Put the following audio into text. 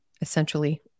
essentially